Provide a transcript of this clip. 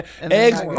Eggs